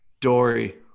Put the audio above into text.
Dory